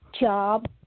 job